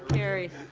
carried.